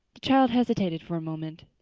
child hesitated for a moment.